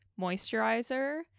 moisturizer